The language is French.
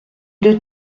deux